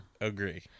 Agree